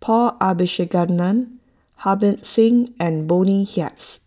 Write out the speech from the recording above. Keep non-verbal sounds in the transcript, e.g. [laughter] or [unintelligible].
Paul Abisheganaden Harbans Singh and Bonny [unintelligible]